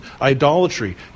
idolatry